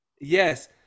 Yes